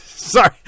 Sorry